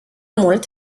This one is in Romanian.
mult